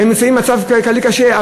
הן נמצאות במצב כלכלי קשה.